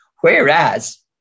whereas